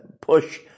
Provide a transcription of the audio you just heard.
push